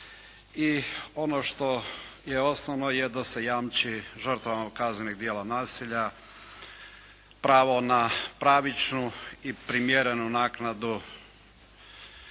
i ono što je osnovno je da se jamči žrtvama kaznenih djela nasilja pravo na pravičnu i primjerenu naknadu